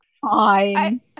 fine